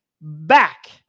back